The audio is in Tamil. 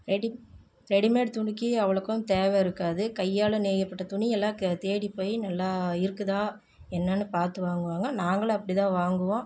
ரெடி ரெடிமேட் துணிக்கு அவ்வளோக்கும் தேவை இருக்காது கையால் நெய்யப்பட்ட துணியெல்லாம் க தேடி போய் நல்லா இருக்குதா என்னென்னு பார்த்து வாங்குவாங்க நாங்களும் அப்படி தான் வாங்குவோம்